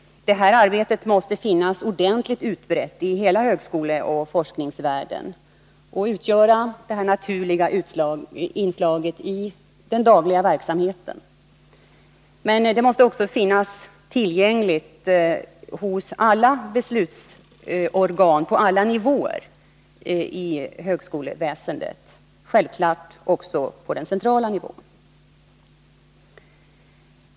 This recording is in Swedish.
Förnyelsearbetet måste vara ordentligt utbrett i hela högskoleoch forskningsvärlden och utgöra ett naturligt inslag i den dagliga verksamheten, och det måste också finnas hos alla beslutsorgan på alla nivåer i högskoleväsendet, självfallet också på den centrala nivån.